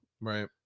Right